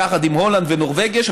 ביחד עם הולנד ונורבגיה,